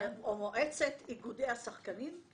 או מועצת איגודי השחקנים?